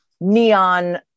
neon